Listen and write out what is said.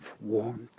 Warmth